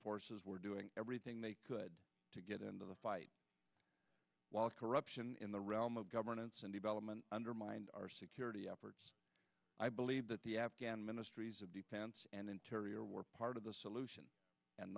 forces were doing everything they could to get into the fight corruption in the realm of governance and development undermined our security efforts i believe that the afghan ministries of defense and interior were part of the solution and